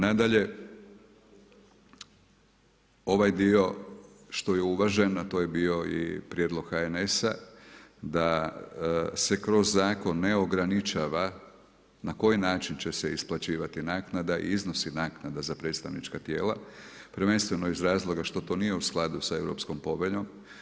Nadalje ovaj dio što je uvažen, a to je bio i prijedlog HNS-a da se kroz zakon ne ograničava na koji način će se isplaćivati naknada i iznosi naknada za predstavnička tijela prvenstveno iz razloga što to nije u skladu sa Europskom poveljom.